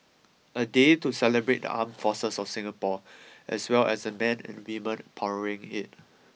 a day to celebrate the armed forces of Singapore as well as the men and women powering it